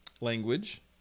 language